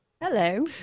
Hello